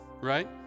right